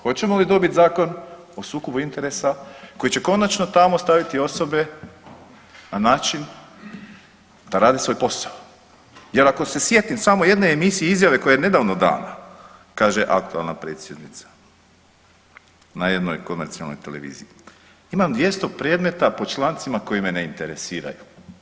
Hoćemo li dobit zakon o sukobu interesa koji će konačno tamo staviti osobe da način da radi svoj posao, jer ako se sjetim samo jedne emisije i izjave koja je nedavno dana, kaže aktualna predsjednica, na jednoj komercijalnoj televiziji, imam 200 predmeta po člancima koji me ne interesiraju.